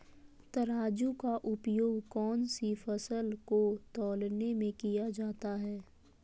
तराजू का उपयोग कौन सी फसल को तौलने में किया जाता है?